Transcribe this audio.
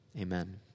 Amen